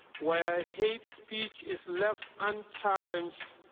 where hate speech is left unchallenged,